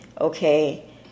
Okay